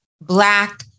Black